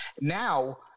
Now